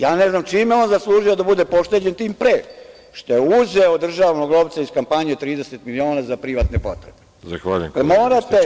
Ja ne znam čime je on zaslužio da bude pošteđen, tim pre, što je uzeo državnog novca iz kampanje 30 miliona za privatne potrebe.